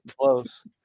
close